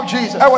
Jesus